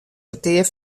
petear